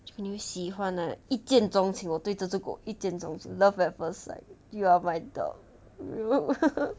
你喜欢的一见钟情我对这只狗一见钟情 love at first sight you are my dog